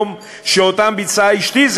היום-יום על פעולות שביצעה אשתי,